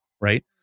right